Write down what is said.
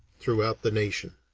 throughout the nation.